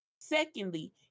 secondly